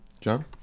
John